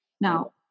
now